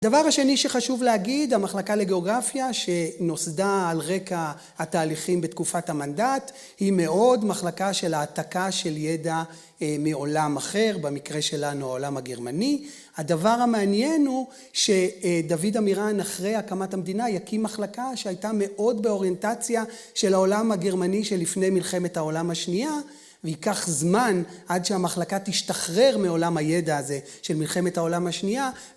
הדבר השני שחשוב להגיד, המחלקה לגאוגרפיה, שנוסדה על יחיייל התהליכים בתקופת המנדט, היא מאוד מחלקה של העתקה של ידע מעולם אחר, במקרה שלנו העולם הגרמני. הדבר המעניין הוא שדוד אמירן אחרי הקמת המדינה יקים מחלקה שהייתה מאוד באוריינטציה של העולם הגרמני שלפני מלחמת העולם השנייה, והיא ייקח זמן עד שהמחלקה תשנחיךחנחיתחרר מעולם הידע הזה של מלחמת העולם השנייה, והיא ייקח זמן עד שהמחלקה תשתחרר מעולם הידע הזה של מלחמת העולם השנייה.